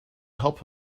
help